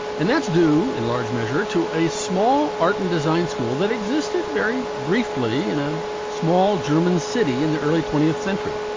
and that's due in large measure to a small art and design school that existed very briefly in a small german city in the early twentieth century.